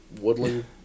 Woodland